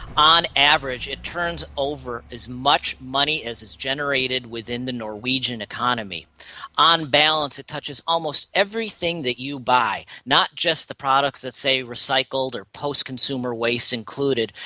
on average it turns over as much money as is generated within the norwegian economy on balance it touches almost everything that you buy, not just the products that say recycled or postconsumer waste included,